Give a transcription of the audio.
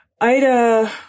Ida